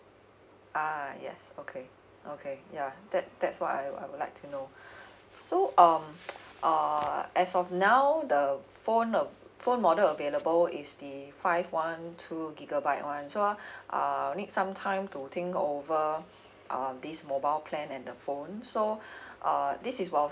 uh yes okay okay ya that that's why I I would like to know so um uh as of now the phone the phone model available is the five one two gigabyte one so uh I'll need some time to think over uh this mobile plan and the phone so uh this is while